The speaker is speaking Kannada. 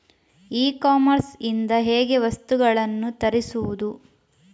ಇ ಕಾಮರ್ಸ್ ಇಂದ ಹೇಗೆ ವಸ್ತುಗಳನ್ನು ತರಿಸುವುದು?